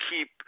keep